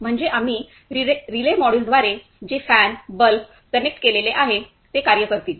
म्हणजे आम्ही रिले मॉड्यूलद्वारे जे फॅन बल्ब कनेक्ट केलेले आहे ते कार्य करतील